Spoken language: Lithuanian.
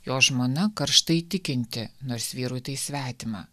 jo žmona karštai tikinti nors vyrui tai svetima